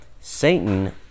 Satan